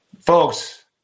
Folks